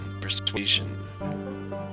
Persuasion